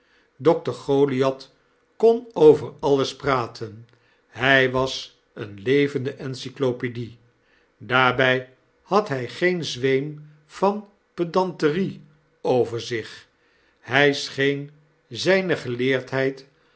dokter goliath kon over alles praten hy was eene levende encyclopedie daarbij had hy geen zweem van pedanterie over zich hy scheen zyne geleerdheid